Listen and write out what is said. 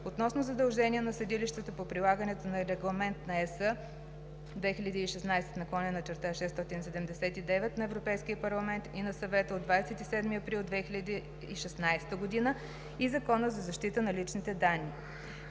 относно задължения на съдилищата по прилагането на Регламент (ЕС) 2016/679 на Европейския парламент и на Съвета от 27 април 2016 г. и Закона за защита на личните данни.